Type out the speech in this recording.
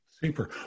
Super